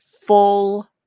full